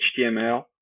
HTML